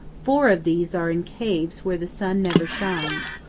four of these are in caves where the sun never shines.